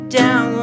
down